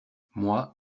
moi